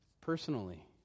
personally